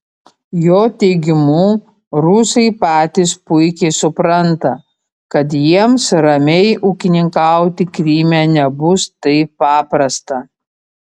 jo teigimu rusai patys puikiai supranta kad jiems ramiai ūkininkauti kryme nebus taip paprasta